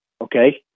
okay